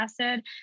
acid